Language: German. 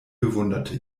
bewunderte